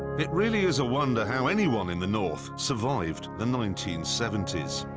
it really is a wonder how anyone in the north survived the nineteen seventy s.